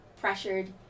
pressured